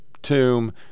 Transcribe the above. tomb